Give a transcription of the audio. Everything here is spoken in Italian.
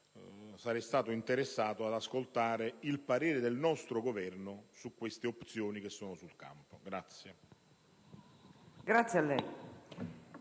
sarei stato interessato ad ascoltare il parere del nostro Governo sulle opzioni che sono in campo.